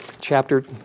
chapter